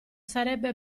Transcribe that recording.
sarebbe